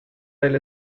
del